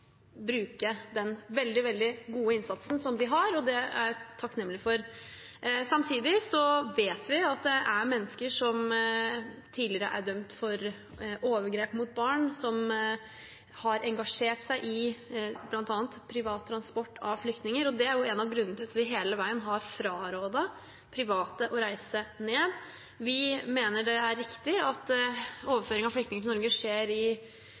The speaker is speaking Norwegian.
bruke den veldig, veldig gode innsatsen som de gjør – og det er jeg takknemlig for. Samtidig vet vi at det er mennesker som tidligere er dømt for overgrep mot barn, som har engasjert seg i bl.a. privat transport av flyktninger. Det er en av grunnene til at vi hele veien har frarådet private å reise ned. Vi mener det er riktig at overføring av flyktninger til Norge skjer i